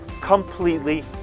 completely